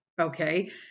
okay